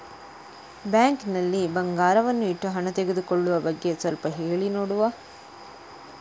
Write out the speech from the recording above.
Bank ನಲ್ಲಿ ಬಂಗಾರವನ್ನು ಇಟ್ಟು ಹಣ ತೆಗೆದುಕೊಳ್ಳುವ ಬಗ್ಗೆ ಸ್ವಲ್ಪ ಹೇಳಿ ನೋಡುವ?